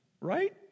Right